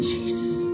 Jesus